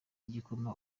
igikoma